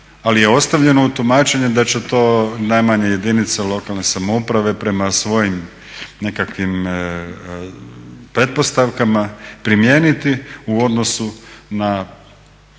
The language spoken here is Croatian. ali je ostavljeno u tumačenju da će to najmanje jedinice lokalne samouprave prema svojim nekakvim pretpostavkama primijeniti u odnosu na